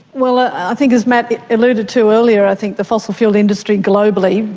well, i think as matt alluded to earlier, i think the fossil fuel industry globally,